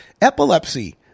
epilepsy